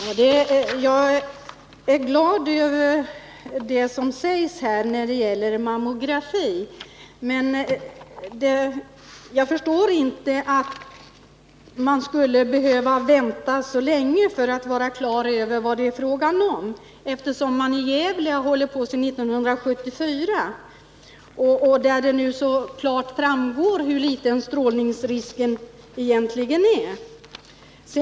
Herr talman! Jag är glad över det som sägs här när det gäller mammografi, men jag förstår inte att man skulle behöva vänta så länge för att vara klar över vad det är fråga om. I Gävle har man ju hållit på sedan 1974, och där framgår det klart hur liten strålningsrisken egentligen är.